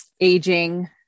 aging